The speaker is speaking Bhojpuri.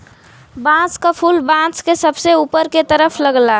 बांस क फुल बांस के सबसे ऊपर के तरफ लगला